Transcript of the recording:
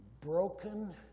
broken